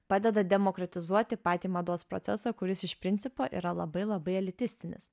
padeda demokratizuoti patį mados procesą kuris iš principo yra labai labai alitistinis